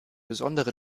besondere